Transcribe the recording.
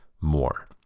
more